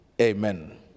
Amen